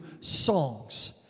songs